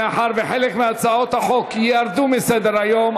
מאחר שחלק מהצעות החוק ירדו מסדר-היום,